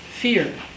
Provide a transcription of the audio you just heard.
fear